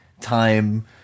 time